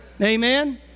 amen